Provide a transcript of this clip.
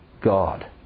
God